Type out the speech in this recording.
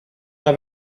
una